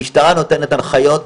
המשטרה נותנת הנחיות,